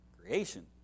creation